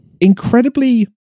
incredibly